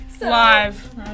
live